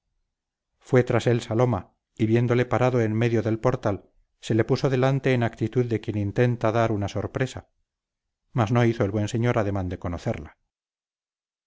fue tras él saloma y viéndole parado en medio del portal se le puso delante en actitud de quien intenta dar una sorpresa mas no hizo el buen señor ademán de conocerla